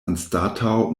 anstataŭ